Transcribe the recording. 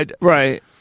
right